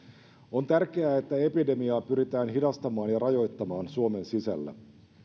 on tärkeää että epidemiaa pyritään hidastamaan ja rajoittamaan suomen sisällä